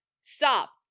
stop